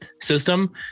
system